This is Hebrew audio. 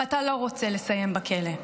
ואתה לא רוצה לסיים בכלא.